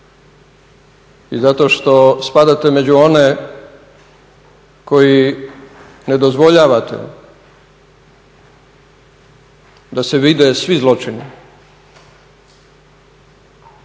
i zato što spadate među one koji ne dozvoljavate da se vide svi zločini.